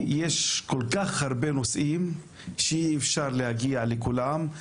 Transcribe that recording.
יש כל-כך הרבה נושאים ואי-אפשר להגיע לכולם.